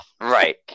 right